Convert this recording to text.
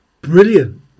Brilliant